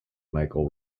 michael